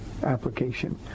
application